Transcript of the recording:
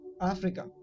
Africa